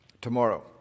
tomorrow